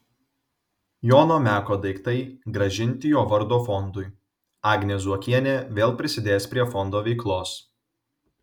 jono meko daiktai grąžinti jo vardo fondui agnė zuokienė vėl prisidės prie fondo veiklos